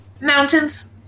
Mountains